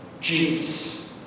Jesus